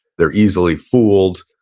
they're easily fooled,